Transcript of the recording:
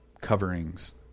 coverings